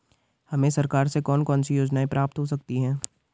हमें सरकार से कौन कौनसी योजनाएँ प्राप्त हो सकती हैं?